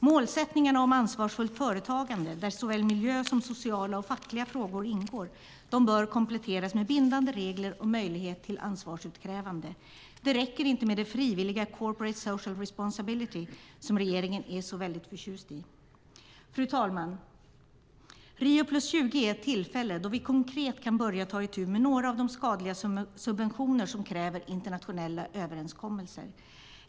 Målsättningarna om ansvarsfullt företagande, där såväl miljö som sociala och fackliga frågor ingår, bör kompletteras med bindande regler och möjlighet till ansvarsutkrävande. Det räcker inte med det frivilliga Corporate Social Responsibility som regeringen är så väldigt förtjust i. Fru talman! Rio + 20 är ett tillfälle då vi konkret kan börja ta itu med några av de skadliga subventioner som kräver internationella överenskommelser.